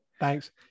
Thanks